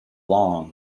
long